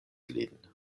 lin